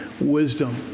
wisdom